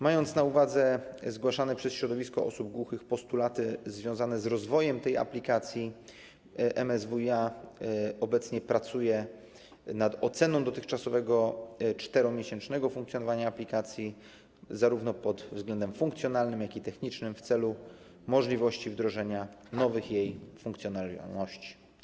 Mając na uwadze zgłaszane przez środowisko osób głuchych postulaty związane z rozwojem tej aplikacji, MSWiA pracuje obecnie nad oceną dotychczasowego 4-miesięcznego funkcjonowania aplikacji, zarówno pod względem funkcjonalnym, jak i technicznym, w celu możliwości wdrożenia nowych w jej przypadku funkcji.